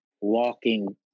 walking